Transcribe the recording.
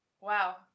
wow